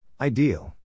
Ideal